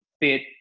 fit